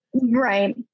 Right